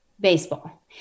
baseball